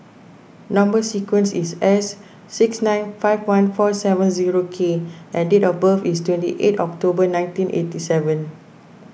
Number Sequence is S six nine five one four seven zero K and date of birth is twenty eight October nineteen eighty seven